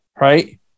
right